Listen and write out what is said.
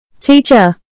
Teacher